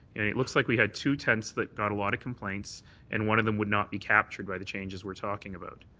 it looks like we had two tents that got a lot of complaints and one of them would not be captured by the changes we're talking about.